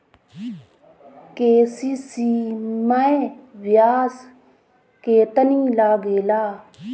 KCC मै ब्याज केतनि लागेला?